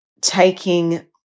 taking